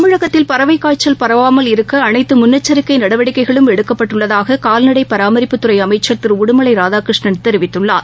தமிழகத்தில் பறவைக்காய்ச்சல் பரவாமல் இருக்க அனைத்துமுன்னெச்சரிக்கைநடவடிக்கைகளும் எடுக்கப்பட்டுள்ளதாககால்நடைபராமரிப்புத்துறைஅமைச்சர் திருஉடுமலைராதாகிருஷ்ணன் தெரிவித்துள்ளார்